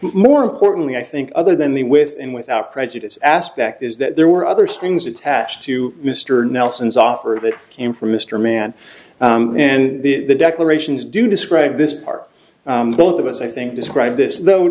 more importantly i think other than the with and without prejudice aspect is that there were other strings attached to mr nelson's offer of it came from mr man and the declarations do describe this part both of us i think describe this though